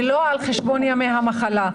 ולא על חשבון ימי המחלה.